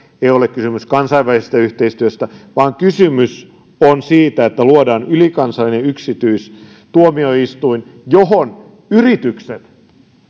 ole kysymys kansainvälisestä yhteistyöstä vaan kysymys on siitä että luodaan ylikansallinen yksityistuomioistuin johon yritykset